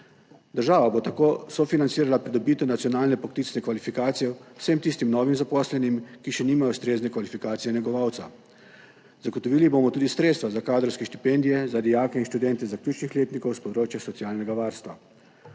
Država bo tako sofinancirala pridobitev nacionalne poklicne kvalifikacije vsem tistim novim zaposlenim, ki še nimajo ustrezne kvalifikacije negovalca. Zagotovili bomo tudi sredstva za kadrovske štipendije za dijake in študente zaključnih letnikov s področja socialnega varstva.